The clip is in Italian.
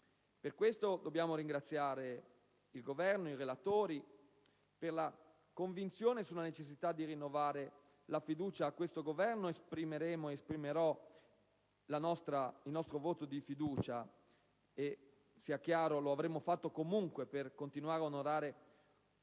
Per questo dobbiamo ringraziare il Governo ed i relatori. Per la convinzione sulla necessità di rinnovare la fiducia a questo Governo esprimerò ed esprimeremo la nostra fiducia, e, sia chiaro, lo avremmo fatto comunque per continuare ad onorare